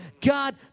God